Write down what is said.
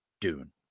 Dune